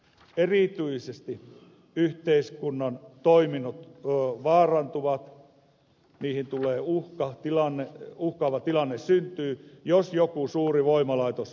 erityisesti yhteiskunnan toiminnot vaarantuvat ja uhkaava tilanne syntyy jos joku suuri voimalaitos joudutaan pysäyttämään